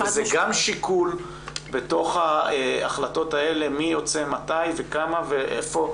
וזה גם שיקול בתוך ההחלטות האלה מי יוצא מתי וכמה ואיפה.